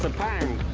pound.